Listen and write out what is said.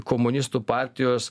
komunistų partijos